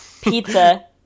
Pizza